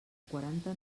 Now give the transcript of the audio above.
quaranta